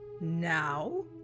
now